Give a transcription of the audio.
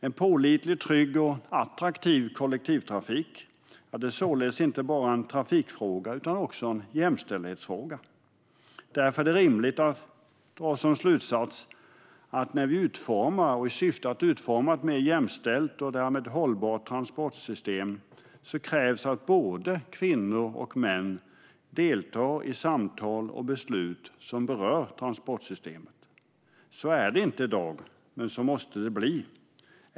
En pålitlig, trygg och attraktiv kollektivtrafik är således inte bara en trafikfråga utan också en jämställdhetsfråga. Därför är det rimligt att dra slutsatsen att för att utforma ett mer jämställt och därmed mer hållbart transportsystem krävs att både kvinnor och män deltar i samtal och beslut som berör transportsystemet. Så är det inte i dag, men så måste det bli.